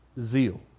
zeal